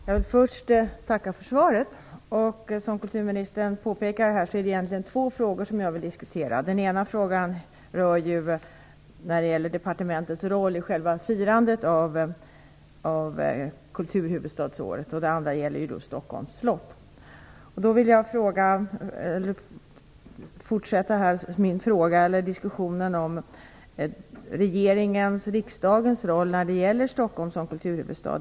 Herr talman! Jag vill först tacka för svaret. Som kulturministern påpekar är det egentligen två frågor jag vill diskutera. Den ena frågan rör departementets roll i själva firandet av kulturhuvudstadsåret, och den andra gäller Stockholms slott. Jag vill fortsätta diskussionen om regeringens och riksdagens roll när det gäller Stockholm som kulturhuvudstad.